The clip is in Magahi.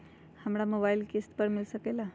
हमरा मोबाइल किस्त पर मिल सकेला?